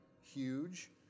huge